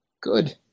Good